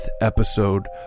episode